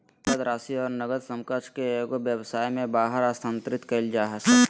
नकद राशि और नकद समकक्ष के एगो व्यवसाय में बाहर स्थानांतरित कइल जा हइ